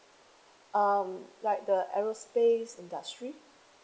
um like the aerospace industry